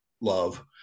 love